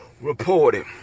Reported